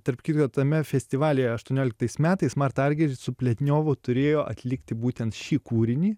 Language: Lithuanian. tarp kitko tame festivalyje aštuonioliktais metais marta argerič su pletniovu turėjo atlikti būtent šį kūrinį